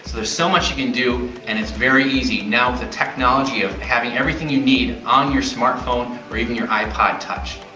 thereis so much you can do and itis very easy now with the technology of having everything you need on your smartphone or even your ipod touch.